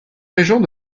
régent